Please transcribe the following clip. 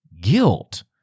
guilt